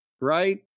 right